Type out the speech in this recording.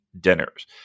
dinners